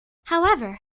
however